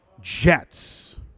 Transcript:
Jets